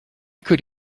could